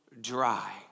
dry